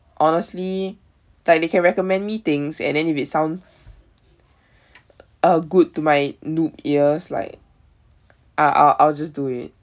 honestly like they can recommend me things and then if it sounds uh good to my noob ears like I'll I'll I'll just do it